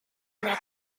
their